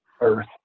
earth